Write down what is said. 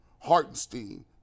Hartenstein